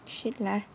shit lah